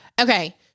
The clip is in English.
okay